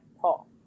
Paul